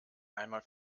einmal